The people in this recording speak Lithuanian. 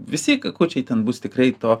visi kakučiai ten bus tikrai to